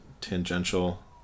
tangential